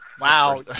Wow